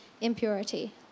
impurity